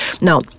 now